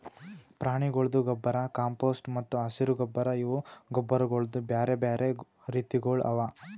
ಪ್ರಾಣಿಗೊಳ್ದು ಗೊಬ್ಬರ್, ಕಾಂಪೋಸ್ಟ್ ಮತ್ತ ಹಸಿರು ಗೊಬ್ಬರ್ ಇವು ಗೊಬ್ಬರಗೊಳ್ದು ಬ್ಯಾರೆ ಬ್ಯಾರೆ ರೀತಿಗೊಳ್ ಅವಾ